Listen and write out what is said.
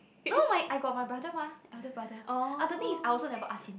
no my I got my brother mah elder brother ah the thing is I also never ask him